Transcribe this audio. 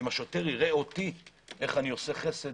אם השוטר יראה אותי עושה מסד,